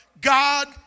God